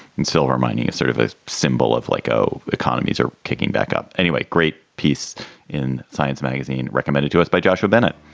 and silver mining is sort of a symbol of like, oh, economies are kicking back up anyway. great piece in science magazine recommended to us by joshua bennett.